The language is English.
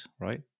right